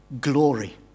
glory